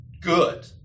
good